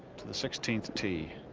the sixteenth tee,